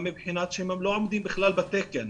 גם מבחינת שהם לא עומדים בכלל בתקן.